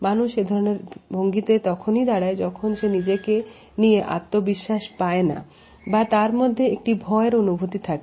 মানুষ এ ধরনের ভঙ্গিতে তখনই দাঁড়ায় যখন সে নিজেকে নিয়ে আত্মবিশ্বাস পায়না বা তার মধ্যে একটি ভয়ের অনুভূতি থাকে